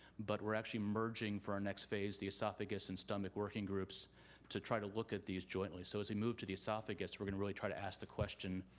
but we're actually merging for our next phase, the esophagus and stomach working groups to try to look at these jointly. so, as we move to the esophagus we're going to really try to ask the question,